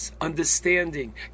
understanding